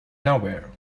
nowhere